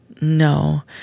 No